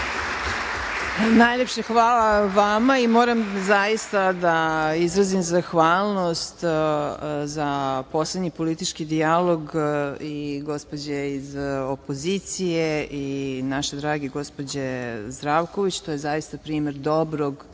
Najlepše hvala vama. Moram zaista da izrazim zahvalnost za poslednji politički dijalog i gospođe iz opozicije i naše drage gospođe Zdravković. To je zaista primer dobrog,